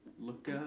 look